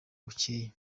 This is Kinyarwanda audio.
bucyeye